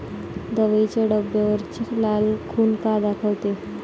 दवाईच्या डब्यावरची लाल खून का दाखवते?